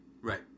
Right